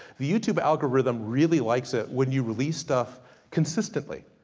the youtube algorithm really likes it, when you release stuff consistently.